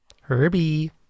Herbie